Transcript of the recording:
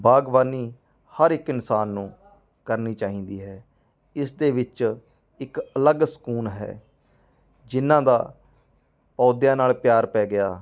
ਬਾਗਬਾਨੀ ਹਰ ਇੱਕ ਇਨਸਾਨ ਨੂੰ ਕਰਨੀ ਚਾਹੀਦੀ ਹੈ ਇਸ ਦੇ ਵਿੱਚ ਇੱਕ ਅਲੱਗ ਸਕੂਨ ਹੈ ਜਿਹਨਾਂ ਦਾ ਪੌਦਿਆਂ ਨਾਲ ਪਿਆਰ ਪੈ ਗਿਆ